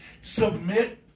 Submit